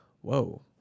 Whoa